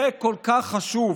זה כל כך חשוב.